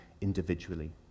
individually